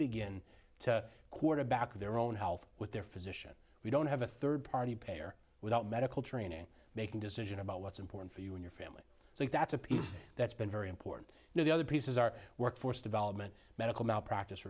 begin to quarterback their own health with their physician we don't have a third party payer without medical training making decision about what's important for you and your family so that's a piece that's been very important here the other piece is our workforce development medical malpracti